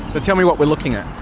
so tell me what we're looking at.